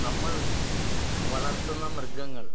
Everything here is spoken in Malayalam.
നമ്മൾ വളർത്തുന്ന മൃഗങ്ങൾ